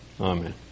Amen